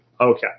Okay